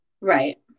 right